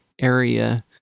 area